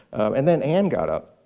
and then, ann got up.